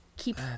keep